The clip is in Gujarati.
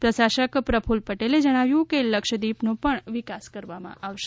પ્રસાશક પ્રકુલ પટેલ જણાવ્યું કે લક્ષદ્વીપનો પણ વિકાસ કરવામાં આવશે